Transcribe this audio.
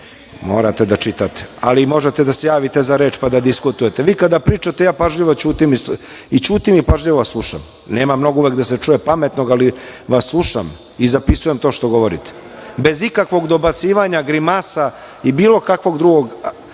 čitate. Morate da čitate, ali možete i da se javite za reč pa da diskutujete. Vi kada pričate, ja pažljivo ćutim i pažljivo vas slušam. Nema mnogo uvek da se čuje pametnog, ali vas slušam i zapisujem to što govorite, bez ikakvog dobacivanja, grimasa i bilo kakvog drugog